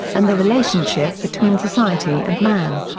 and the relationship between society and man.